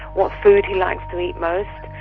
what food he likes to eat most,